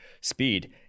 speed